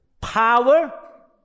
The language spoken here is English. power